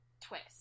twist